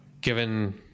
given